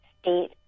state